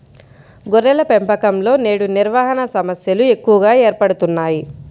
గొర్రెల పెంపకంలో నేడు నిర్వహణ సమస్యలు ఎక్కువగా ఏర్పడుతున్నాయి